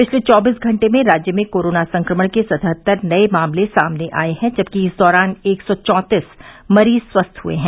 पिछले चौबीस घंटे में राज्य में कोरोना संक्रमण के सतहत्तर नये मामले सामने आये हैं जबकि इस दौरान एक सौ चौंतीस मरीज स्वस्थ हुए हैं